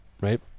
Right